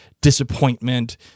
disappointment